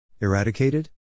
Eradicated